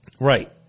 Right